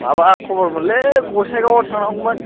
माबा खबरमोनलै गसाइगावाव थांनांगौमोन